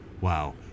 Wow